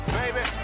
baby